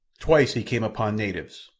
twice he came upon natives,